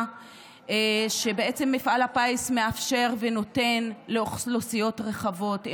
שמפעל הפיס מאפשר ונותן לאוכלוסיות רחבות,